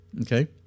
Okay